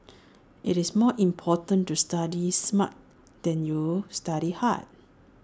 IT is more important to study smart than study hard